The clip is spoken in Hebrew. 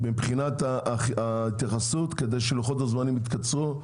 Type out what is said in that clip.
מבחינת ההתייחסות כדי שלוחות הזמנים יתקצרו,